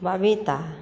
Babita